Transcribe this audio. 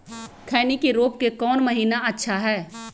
खैनी के रोप के कौन महीना अच्छा है?